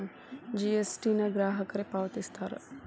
GST ನ ಗ್ರಾಹಕರೇ ಪಾವತಿಸ್ತಾರಾ